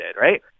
right